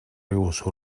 rius